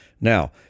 Now